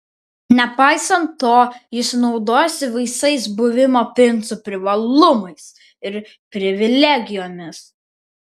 nepaisant to jis naudojasi visais buvimo princu privalumais ir privilegijomis